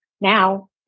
Now